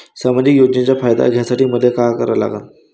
सामाजिक योजनेचा फायदा घ्यासाठी मले काय लागन?